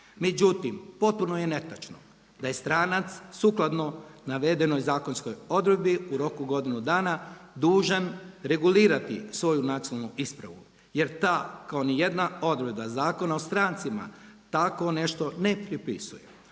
Međutim, potpuno je netočno da je stranac sukladno navedenoj zakonskoj odredbi u roku godinu dana dužan regulirati svoju nacionalnu ispravu jer ta kao nijedna odredba Zakona o strancima tako nešto ne propisuje.